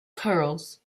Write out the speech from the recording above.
curls